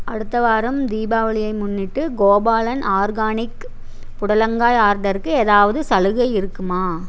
அடுத்த வாரம் தீபாவளியை முன்னிட்டு கோபாலன் ஆர்கானிக் புடலங்காய் ஆர்டருக்கு ஏதாவது சலுகை இருக்குமா